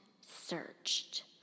searched